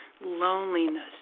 loneliness